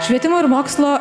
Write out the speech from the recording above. švietimo ir mokslo